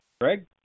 Greg